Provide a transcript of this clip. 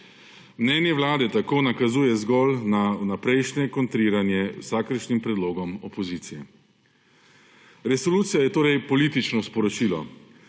Mnenje Vlade tako nakazuje zgolj vnaprejšnje kontriranje vsakršnim predlogom opozicije. Resolucija je torej politično sporočilo,